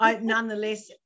nonetheless